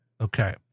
okay